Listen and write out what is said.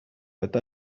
with